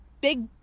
big